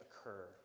occur